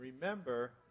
remember